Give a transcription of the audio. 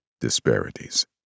disparities